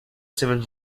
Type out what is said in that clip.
civil